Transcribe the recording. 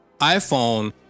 iPhone